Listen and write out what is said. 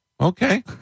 Okay